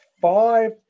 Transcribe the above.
five